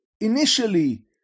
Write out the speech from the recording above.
initially